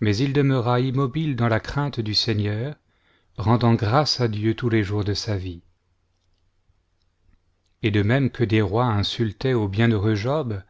mais il demeura immobile dans la crainte du seigneur rendant grâces à dieu tous les jours de sa vie et de même que des rois insultaient au bienheureux job